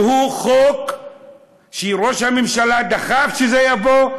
שהוא חוק שראש הממשלה דחף שיבוא,